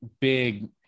big